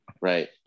Right